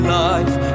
life